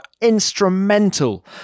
instrumental